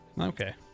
okay